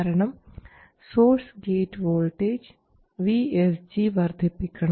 കാരണം source gate voltage VSG വർദ്ധിപ്പിക്കണം